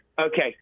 Okay